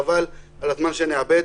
חבל על הזמן שנאבד,